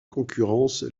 concurrence